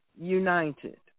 united